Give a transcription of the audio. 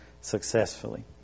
successfully